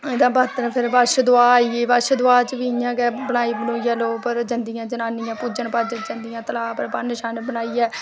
एह्दा ब्रत फिर बशदुआ आई गेई बशदुआ च बी इ'यां गै बनाई बनुईयै लो पर जंदियां जनानियां पूज्जन पाज्जन जंदियां तलाऽ पर भंड शंड बनाईयै